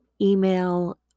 email